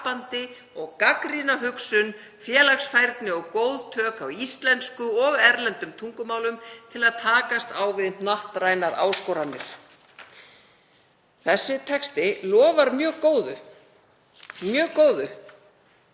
og gagnrýna hugsun, félagsfærni og góð tök á íslensku og erlendum tungumálum til að takast á við hnattrænar áskoranir.“ Þessi texti lofar mjög góðu. Þá